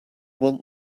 want